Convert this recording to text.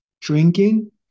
drinking